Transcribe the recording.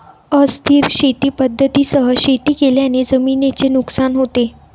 अस्थिर शेती पद्धतींसह शेती केल्याने जमिनीचे नुकसान होते